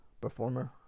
performer